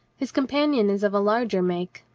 his com panion is of larger make,